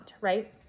right